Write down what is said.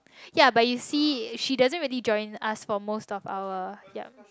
ya but you see she doesn't really join us for most of our yup